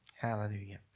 Hallelujah